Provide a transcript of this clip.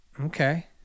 Okay